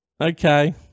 Okay